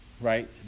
right